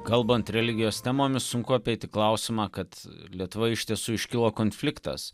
kalbant religijos temomis sunku apeiti klausimą kad lietuvoje iš tiesų iškilo konfliktas